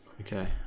okay